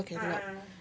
ah ah